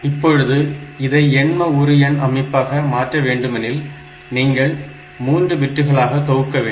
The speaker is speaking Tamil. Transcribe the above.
இப்பொழுது இதை எண்ம உரு எண் அமைப்பாக மாற்ற வேண்டுமெனில் நீங்கள் 3 பிட்டுகளாக தொகுக்க வேண்டும்